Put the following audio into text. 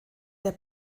der